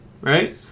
right